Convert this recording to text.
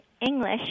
English